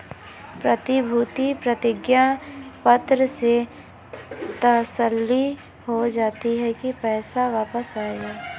प्रतिभूति प्रतिज्ञा पत्र से तसल्ली हो जाती है की पैसा वापस आएगा